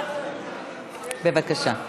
בבקשה.